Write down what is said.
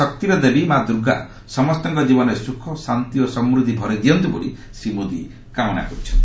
ଶକ୍ତିର ଦେବୀ ମା' ଦୁର୍ଗା ସମସ୍ତଙ୍କ ଜୀବନରେ ସୁଖ ଶାନ୍ତି ଓ ସମୃଦ୍ଧି ଭରିଦିଅନ୍ତୁ ବୋଲି ଶ୍ରୀ ମୋଦି କାମନା କରିଛନ୍ତି